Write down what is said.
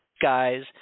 guys